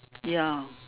ya